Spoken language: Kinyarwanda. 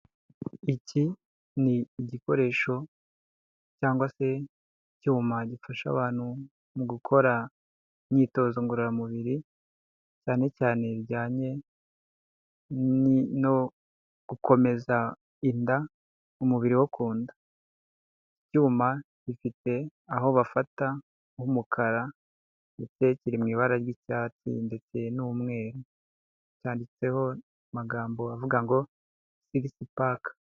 Iki ni igikoresho cyangwa se icyuma gifasha abantu mu gukora imyitozo ngororamubiri cyane cyane bijyanye no gukomeza inda, umubiri wo ku nda, ibyuma bifite aho bafata h'umukara, ndetse kiri mu ibara ry'icyatsi ndetse n'umweru, cyanditseho amagambo avuga ngo sigisi paka.